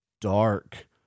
dark